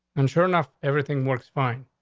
and sure enough, everything works fine.